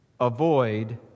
avoid